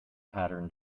pattern